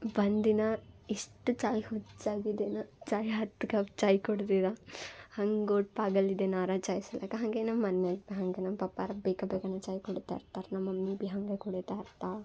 ಒಂದಿನ ಇಷ್ಟು ಚಾಯ್ ಹುಚ್ಚಾಗಿದೇನ ಚಾಯ್ ಹತ್ತು ಕಪ್ ಚಾಯ್ ಕುಡ್ದಿದೆ ಹಂಗೋಡ್ ಪಾಗಲ್ ಇದ್ದೆ ನಾನು ಅರ ಚಾಯ್ ಸಲಕ್ಕ ಹಾಗೆ ನಮ್ಮ ಮನ್ಯಾಗ ಹಾಗೆ ನಮ್ಮ ಪಪ್ಪಾರ ಬೇಗ ಬೇಗನೆ ಚಾಯ್ ಕುಡಿತಾ ಇರ್ತಾರೆ ನಮ್ಮ ಮಮ್ಮಿ ಭಿ ಹಾಗೆ ಕುಡಿತಾ ಇರ್ತಾಳೆ